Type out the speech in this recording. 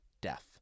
death